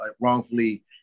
wrongfully